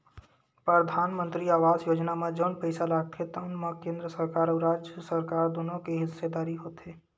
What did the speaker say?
परधानमंतरी आवास योजना म जउन पइसा लागथे तउन म केंद्र सरकार अउ राज सरकार दुनो के हिस्सेदारी होथे